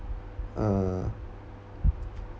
uh